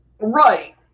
Right